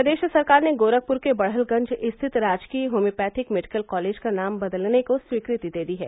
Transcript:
प्रदेश सरकार ने गोरखपुर के बड़हलगंज स्थित राजकीय होम्योपैथिक मेडिकल कॉलेज का नाम बदलने को स्वीकृति दे दी है